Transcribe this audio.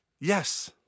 Yes